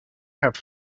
have